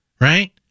Right